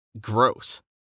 Gross